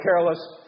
careless